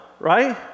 right